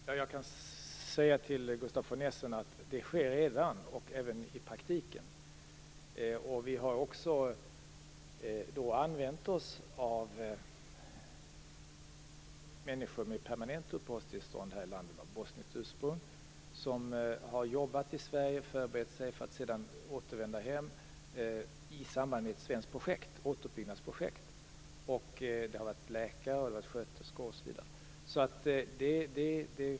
Herr talman! Jag kan säga till Gustaf von Essen att detta redan sker, även i praktiken. Vi har då också använt oss av människor av bosniskt ursprung, med permanent uppehållstillstånd här i landet, som har jobbat i Sverige och förberett sig för att sedan återvända hem i samband med svenskt återuppbyggnadsprojekt. Det har varit läkare, sköterskor osv.